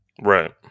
Right